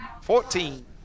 Fourteen